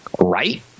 Right